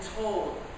told